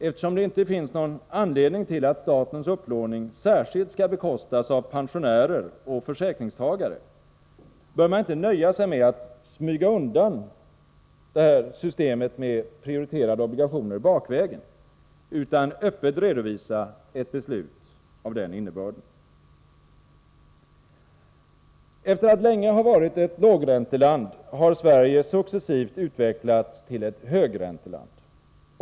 Eftersom det inte finns någon anledning till att statens upplåning särskilt skall bekostas av pensionärer och försäkringstagare, bör man inte nöja sig med att smyga undan det här systemet med prioriterade obligationer bakvägen utan öppet redovisa ett beslut av den innebörden. Efter att länge ha varit ett lågränteland har Sverige successivt utvecklats till ett högränteland.